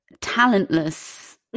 talentless